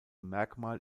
merkmal